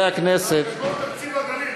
תקציב הגליל.